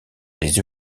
les